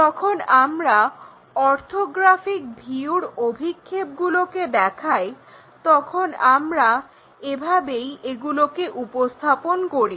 যখন আমরা অর্থোগ্রাফিক ভিউর অভিক্ষেপগুলোকে দেখাই তখন আমরা এভাবেই এগুলোকে উপস্থাপন করি